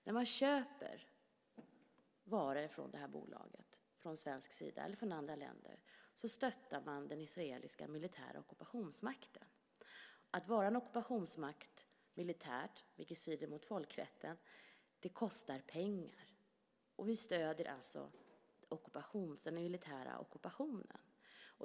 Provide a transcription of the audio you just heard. När Sverige eller andra länder köper varor från det här bolaget stöttar man den israeliska militära ockupationsmakten. Att vara en militär ockupationsmakt, vilket strider mot folkrätten, kostar pengar. Vi stöder alltså den militära ockupationen.